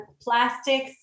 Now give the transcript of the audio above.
plastics